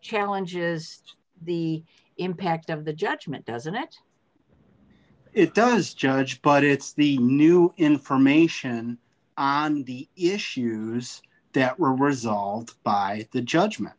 challenges the impact of the judgement doesn't it it does judge but it's the new information on the issues that were resolved by the judgement